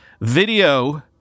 video